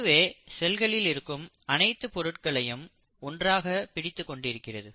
இதுவே செல்களில் இருக்கும் அனைத்து பொருட்களையும் ஒன்றாக பிடித்துக் கொண்டிருக்கிறது